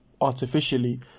artificially